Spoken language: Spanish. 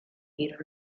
giros